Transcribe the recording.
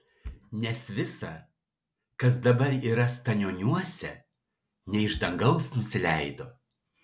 nes visa kas dabar yra stanioniuose ne iš dangaus nusileido